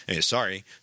sorry